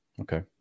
Okay